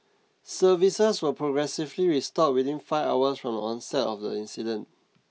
services were progressively restored within five hours from the onset of the incident